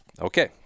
okay